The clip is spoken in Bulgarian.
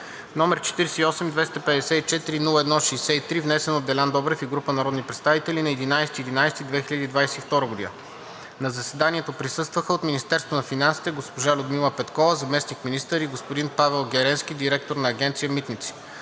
№ 48-254-01-63, внесен от Делян Добрев и група народни представители на 11 ноември 2022 г. На заседанието присъстваха: от Министерство на финансите – госпожа Людмила Петкова – заместник-министър, и господин Павел Геренски – директор на Агенция „Митници“;